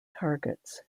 targets